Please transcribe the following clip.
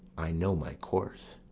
i know my course.